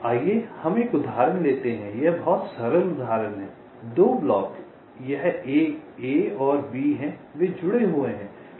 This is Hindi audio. आइए हम एक उदाहरण लेते हैं ये बहुत सरल उदाहरण हैं 2 ब्लॉक यह A और B हैं वे जुड़े हुए हैं